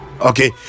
okay